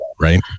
right